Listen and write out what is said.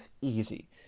easy